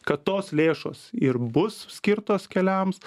kad tos lėšos ir bus skirtos keliams